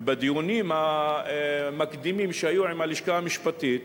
ובדיונים המקדימים שהיו עם הלשכה המשפטית,